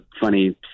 funny